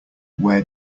where